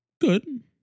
good